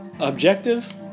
Objective